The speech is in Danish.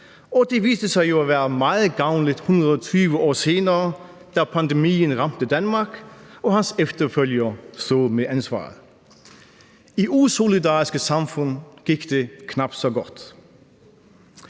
og det viste sig jo at være meget gavnligt 120 år senere, da pandemien ramte Danmark og hans efterfølger stod med ansvaret. I usolidariske samfund gik det knap så godt.